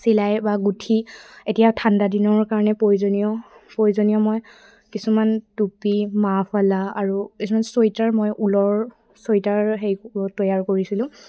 চিলাই বা গুঠি এতিয়া ঠাণ্ডা দিনৰ কাৰণে প্ৰয়োজনীয় প্ৰয়োজনীয় মই কিছুমান টুপী মাহ ফালা আৰু কিছুমান চুৱেটাৰ মই ঊলৰ চুৱেইটাৰ হেৰি তৈয়াৰ কৰিছিলোঁ